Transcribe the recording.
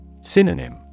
Synonym